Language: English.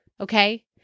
Okay